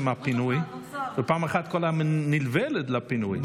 הפינוי ופעם אחת את כל מה שנלווה לפינוי.